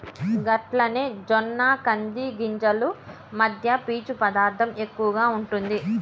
గట్లనే జొన్న కంది గింజలు మధ్య పీచు పదార్థం ఎక్కువగా ఉంటుంది